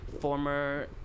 former